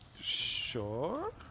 Sure